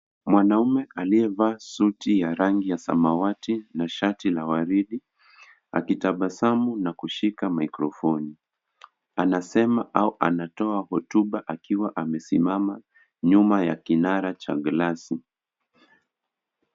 Mwanaume aliyevaa suti ya rangi ya samawati na shati la waridi akitabasamu na kushika microphoni . Anasema au anatoa hotuba akiwa amesimama nyuma ya kinara cha glasi .